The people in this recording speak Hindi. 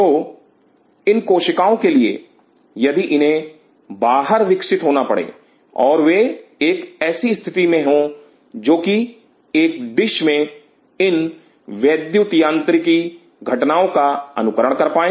तो इन कोशिकाओं के लिए यदि इन्हें बाहर विकसित होना पड़े और वे एक ऐसी स्थिति में हो जो कि एक डिश में इन वैद्युत यांत्रिकी घटनाओं का अनुकरण कर पाए